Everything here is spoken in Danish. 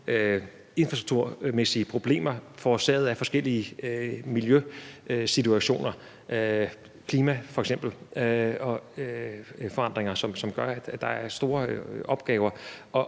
infrastrukturmæssige problemer, som er forårsaget af forskellige miljøsituationer, f.eks. klimaforandringer, og som gør, at der er store opgaver.